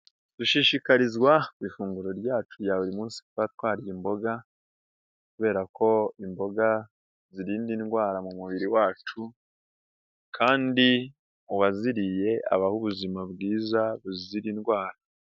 Dushishikarizwa ku ifunguro ryacu ya buri munsi kuba twarya imboga kubera ko imboga zirinda indwara mu mubiri wacu kandi uwaziriye abaho ubuzima bwiza buzira indwara.